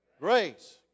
Grace